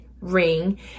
ring